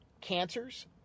cancers